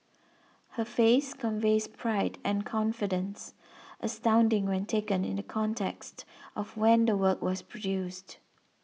her face conveys pride and confidence astounding when taken in the context of when the work was produced